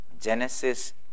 Genesis